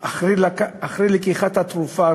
אחרי לקיחת התרופה.